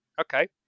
Okay